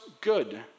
good